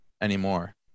anymore